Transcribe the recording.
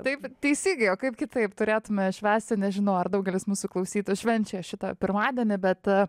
taip teisingai o kaip kitaip turėtume švęsti nežinau ar daugelis mūsų klausytojų švenčia šitą pirmadienį bet